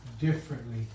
differently